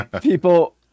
people